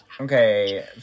Okay